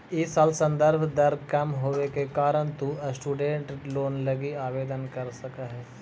इ साल संदर्भ दर कम होवे के कारण तु स्टूडेंट लोन लगी आवेदन कर सकऽ हे